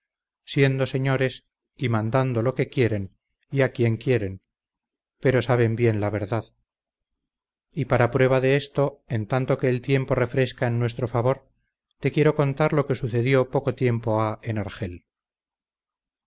siendo señores y mandando lo que quieren y a quien quieren pero saben bien la verdad y para prueba de esto en tanto que el tiempo refresca en nuestro favor te quiero contar lo que sucedió poco tiempo ha